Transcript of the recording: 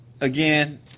again